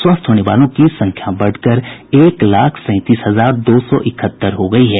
स्वस्थ होने वालों की संख्या बढ़कर एक लाख सैंतीस हजार दो सौ इकहत्तर हो गयी है